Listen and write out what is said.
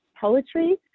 poetry